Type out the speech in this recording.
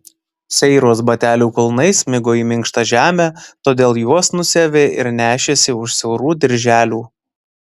seiros batelių kulnai smigo į minkštą žemę todėl juos nusiavė ir nešėsi už siaurų dirželių